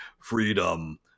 freedom